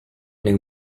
nel